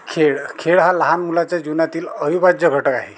खेळ खेळ हा लहान मुलाच्या जीवनातील अविभाज्य घटक आहे